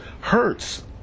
hurts